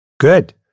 Good